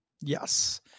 Yes